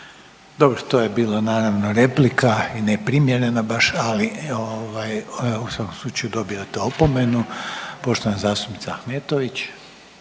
Dobro, to je bila naravno replika i neprimjerena baš, ali ovaj u svakom slučaju dobivate opomenu. Poštovana zastupnica Ahmetović.